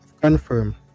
confirm